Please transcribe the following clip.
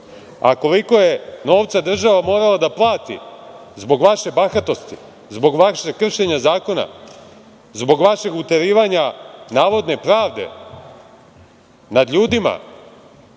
Beograd. Koliko je novca država morala da plati zbog vaše bahatosti, zbog vašeg kršenja zakona, zbog vašeg uterivanja navodne pravde nad ljudima